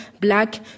black